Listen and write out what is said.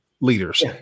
leaders